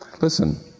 Listen